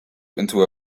into